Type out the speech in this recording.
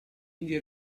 indie